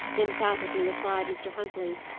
emphatically replied mr. huntley.